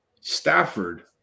Stafford